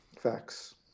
facts